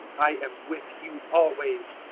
i am with you always,